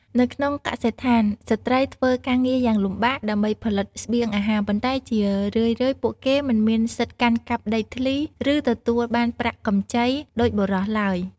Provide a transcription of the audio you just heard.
នៅក្នុងកសិដ្ឋាន ស្ត្រីធ្វើការងារយ៉ាងលំបាកដើម្បីផលិតស្បៀងអាហារ ប៉ុន្តែជារឿយៗពួកគេមិនមានសិទ្ធិកាន់កាប់ដីធ្លី ឬទទួលបានប្រាក់កម្ចីដូចបុរសឡើយ។